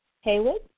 Haywood